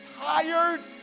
tired